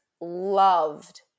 loved